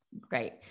Great